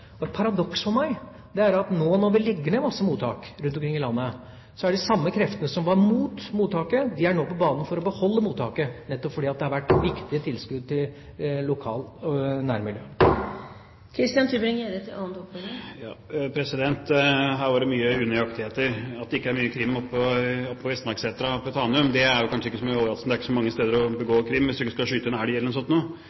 for meg er at når vi nå legger ned mange mottak rundt omkring i landet, er de samme kreftene som var mot mottaket, nå på banen for å beholde mottaket, nettopp fordi det har vært viktige tilskudd til nærmiljøet. Her var det mange unøyaktigheter. At det ikke er mye kriminalitet oppe på Vestmarksetra, ved Tanum, er kanskje ikke så overraskende. Det er ikke så mange steder å begå